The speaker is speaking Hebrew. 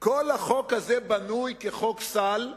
כל החוק הזה בנוי כחוק סל,